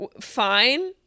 fine